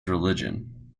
religion